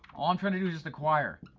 all i'm trying to do it acquire.